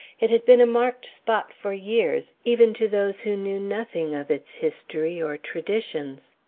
it had been a marked spot for years even to those who knew nothing of its history or traditions.